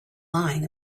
lying